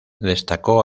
destacó